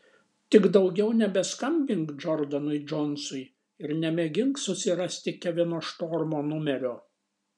tik daugiau nebeskambink džordanui džonsui ir nemėgink susirasti kevino štormo numerio